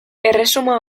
erresuma